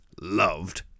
loved